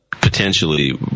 potentially